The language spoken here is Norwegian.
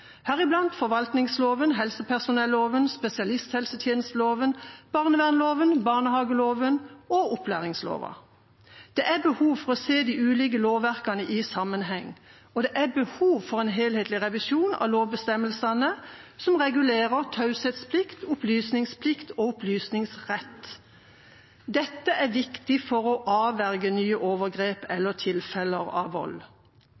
heriblant forvaltningsloven, helsepersonelloven, spesialisthelsetjenesteloven, barnevernsloven, barnehageloven og opplæringsloven. Det er behov for å se de ulike lovverkene i sammenheng, og det er behov for en helhetlig revisjon av lovbestemmelsene som regulerer taushetsplikt, opplysningsplikt og opplysningsrett. Dette er viktig for å avverge nye overgrep eller tilfeller av vold.